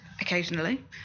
occasionally